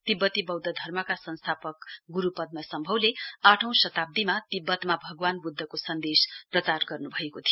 तिब्बती बौध्द धर्मका संस्थापक गुरु पद्मसम्भवले आठौं शताब्दीमा तिब्बतमा भगवान बुध्दको सन्देश प्रचार गर्नुभएको थियो